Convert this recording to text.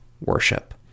worship